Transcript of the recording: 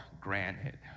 granted